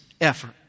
effort